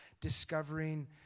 discovering